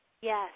Yes